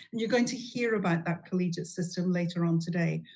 and you're going to hear about that collegiate system later on today.